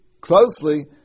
closely